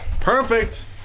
Perfect